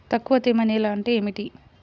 తక్కువ తేమ నేల అంటే ఏమిటి?